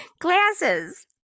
glasses